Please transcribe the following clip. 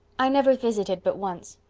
i never visited but once.